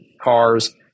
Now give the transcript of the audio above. cars